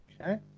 Okay